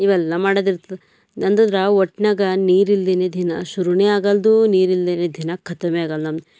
ಇವೆಲ್ಲ ಮಾಡದು ಇರ್ತದೆ ಅಂತಂದ್ರೆ ಒಟ್ನಾಗ ನೀರು ಇಲ್ದೇ ದಿನ ಶುರುನೇ ಆಗಲ್ದು ನೀರು ಇಲ್ದೇ ದಿನ ಖತಮೇ ಆಗಲ್ಲ ನಮ್ದು